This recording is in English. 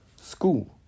School